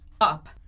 up